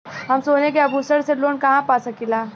हम सोने के आभूषण से लोन कहा पा सकीला?